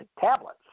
tablets